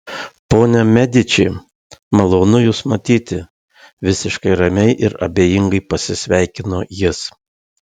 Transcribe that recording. ponia mediči malonu jus matyti visiškai ramiai ir abejingai pasisveikino jis